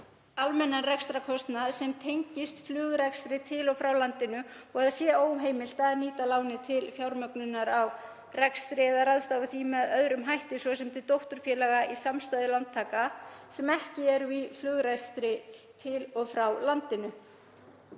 almennan rekstrarkostnað sem tengist flugrekstri til og frá landinu og það sé óheimilt að nýta lánið til fjármögnunar á rekstri eða ráðstafa því með öðrum hætti, svo sem til dótturfélaga í samstæðu lántaka sem ekki eru í flugrekstri til og frá landinu.